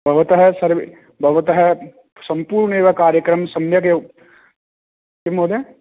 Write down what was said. भवतः सर्वे भवतः सम्पूर्णमेव कार्यक्रम सम्यक् एव किं महोदय